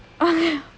oh okay